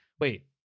wait